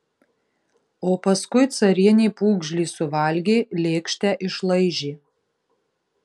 o paskui carienė pūgžlį suvalgė lėkštę išlaižė